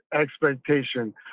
expectation